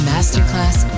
Masterclass